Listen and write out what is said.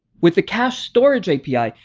with the cache storage api,